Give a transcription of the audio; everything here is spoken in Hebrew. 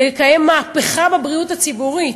לקיים מהפכה בבריאות הציבורית,